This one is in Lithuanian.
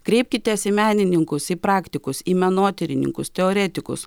kreipkitės į menininkus į praktikus į menotyrininkus teoretikus